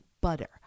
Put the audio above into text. butter